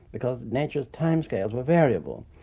because nature's time scales were variable,